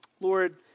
Lord